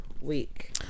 week